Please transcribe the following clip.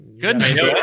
Goodness